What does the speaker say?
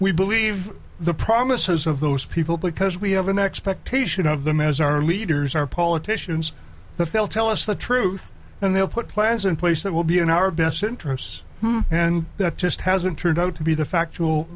we believe the promises of those people because we have an expectation of them as our leaders our politicians the fell tell us the truth and they'll put plans in place that will be in our best interests and that just hasn't turned out to be the factual